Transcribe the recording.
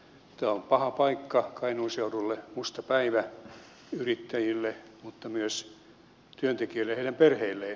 tämä on paha paikka kainuun seudulle musta päivä yrittäjille mutta myös työntekijöille ja heidän perheilleen